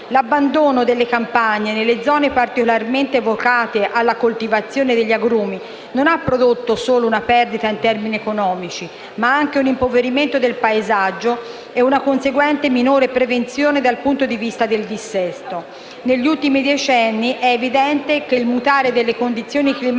L'abbandono delle campagne nelle zone particolarmente vocate alla coltivazione degli agrumi ha prodotto non solo una perdita in termini economici, ma anche un impoverimento del paesaggio e una conseguente minore prevenzione dal punto di vista del dissesto. Negli ultimi decenni è evidente che il mutare delle condizioni climatiche